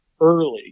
early